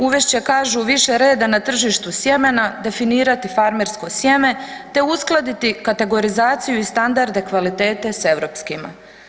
Uvest će kažu više reda na tržištu sjemena, definirati farmersko sjeme te uskladiti kategorizaciju i standarde kvalitete s europskima.